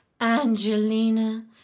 Angelina